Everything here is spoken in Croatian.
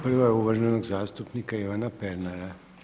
Prva je uvaženog zastupnika Ivana Pernara.